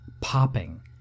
popping